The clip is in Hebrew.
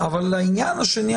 לעניין השני,